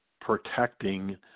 protecting